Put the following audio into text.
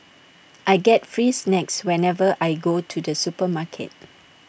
I get free snacks whenever I go to the supermarket